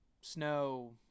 snow